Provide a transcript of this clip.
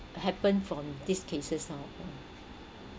happen from these cases now um